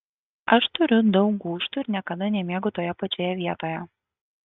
aš turiu daug gūžtų ir niekada nemiegu toje pačioje vietoje